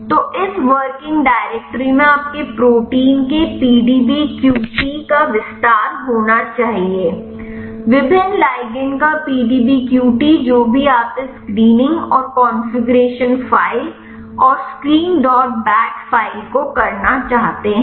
तो इस working directory में आपके प्रोटीन के PDBQT का विस्तार होना चाहिए विभिन्न लिगंड का PDBQT जो भी आप इस स्क्रीनिंग और कॉन्फ़िगरेशन फ़ाइल और स्क्रीन डॉट बैट फ़ाइल को करना चाहते हैं